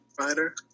fighter